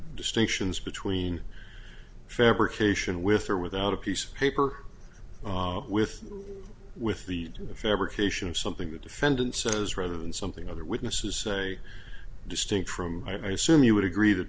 distinctions between fabrication with or without a piece of paper with with the fabrication of something the defendant says rather than something other witnesses say distinct from i assume you would agree that